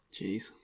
Jeez